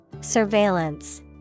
surveillance